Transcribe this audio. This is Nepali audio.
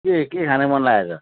के के खाने मन लागेको छ